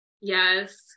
Yes